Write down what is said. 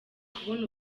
kubona